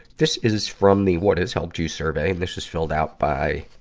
this is from the what has helped you survey. and this is filled out by